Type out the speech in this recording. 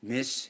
Miss